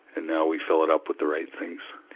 and now we fill it up with the right things.